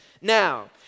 now